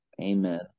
Amen